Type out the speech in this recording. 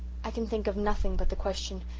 i can think of nothing but the question,